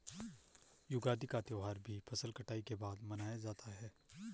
युगादि का त्यौहार भी फसल कटाई के बाद मनाया जाता है